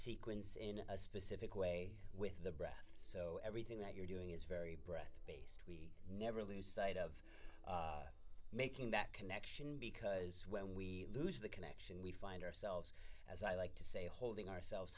sequence in a specific way with the breath so everything that you're doing is very breathy never lose sight of making that connection because when we lose the connect find ourselves as i like to say holding ourselves